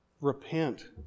Repent